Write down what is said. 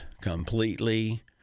completely